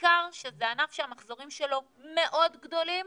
ובעיקר שזה ענף שהמחזורים שלו מאוד גדולים,